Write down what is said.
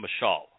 mashal